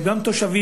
הם גם תושבים